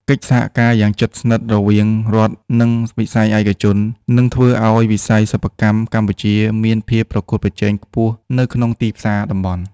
កិច្ចសហការយ៉ាងជិតស្និទ្ធរវាងរដ្ឋ និងវិស័យឯកជន នឹងធ្វើឱ្យវិស័យសិប្បកម្មកម្ពុជាមានភាពប្រកួតប្រជែងខ្ពស់នៅក្នុងទីផ្សារតំបន់។